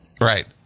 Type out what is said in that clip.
Right